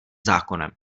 zákonem